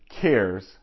cares